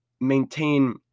maintain